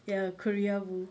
ya koreaboo